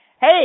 Hey